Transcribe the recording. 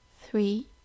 three